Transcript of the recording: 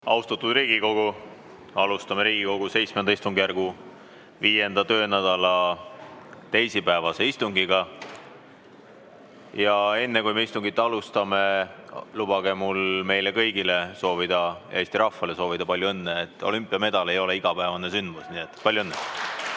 Austatud Riigikogu! Alustame Riigikogu VII istungjärgu 5. töönädala teisipäevast istungit. Aga enne, kui istungit alustame, lubage mul meile kõigile, Eesti rahvale soovida palju õnne. Olümpiamedal ei ole igapäevane sündmus. Nii et palju õnne!